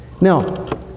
Now